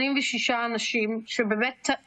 שאי-אפשר